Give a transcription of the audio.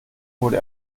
wurde